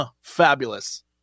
fabulous